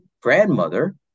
grandmother